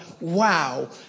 wow